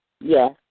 Yes